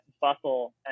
Bustle